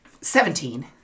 Seventeen